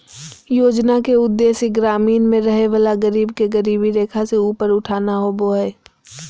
योजना के उदेश्य ग्रामीण में रहय वला गरीब के गरीबी रेखा से ऊपर उठाना होबो हइ